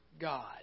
God